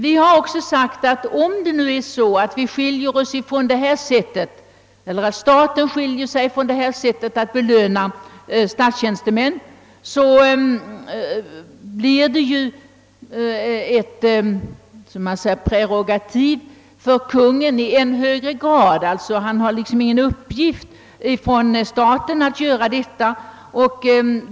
Vi har. också sagt oss att om staten upphör att tillämpa detta sätt att belöna statstjänstemän, blir det ett prerögativ för Konungen i än högre grad. Han har liksom ingen uppgift från staten att göra detta.